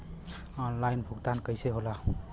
Online भुगतान कईसे होला?